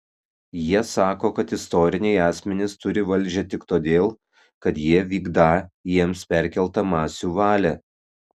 jie sako kad istoriniai asmenys turį valdžią tik todėl kad jie vykdą jiems perkeltą masių valią